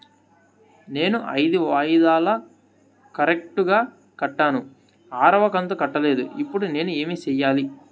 నేను ఐదు వాయిదాలు కరెక్టు గా కట్టాను, ఆరవ కంతు కట్టలేదు, ఇప్పుడు నేను ఏమి సెయ్యాలి?